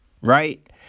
right